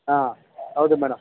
ಹಾಂ ಹೌದು ಮೇಡಮ್